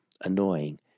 annoying